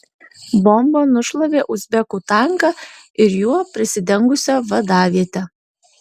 bomba nušlavė uzbekų tanką ir juo prisidengusią vadavietę